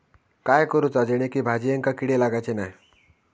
काय करूचा जेणेकी भाजायेंका किडे लागाचे नाय?